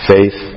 Faith